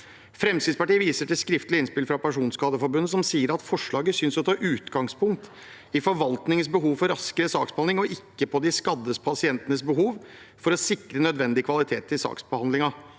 Fremskrittspartiet viser til skriftlig innspill fra Personskadeforbundet LTN, som sier: «Forslaget synes å ta utgangspunkt i forvaltningens behov for raskere saksbehandling og ikke på de skadde pasientenes behov for å sikre nødvendig kvalitet i saksbehandlingen».